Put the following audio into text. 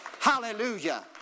Hallelujah